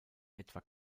etwa